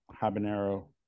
habanero